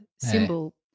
symbol